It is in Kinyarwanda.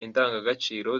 indangagaciro